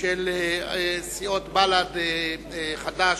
של סיעות בל"ד, חד"ש,